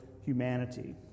humanity